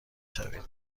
شوید